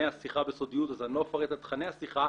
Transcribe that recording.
השיחה בסודיות אז אני לא אפרט את תכני השיחה.